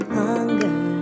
hunger